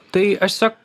tai aš tiesiog